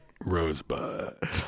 Rosebud